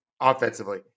offensively